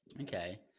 Okay